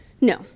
No